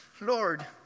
Lord